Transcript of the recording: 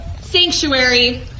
sanctuary